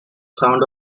sound